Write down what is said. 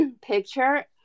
picture